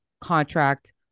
contract